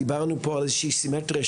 דיברנו פה על איזושהי סימטריה,